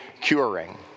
curing